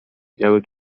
biały